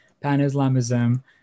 pan-Islamism